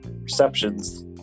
Perceptions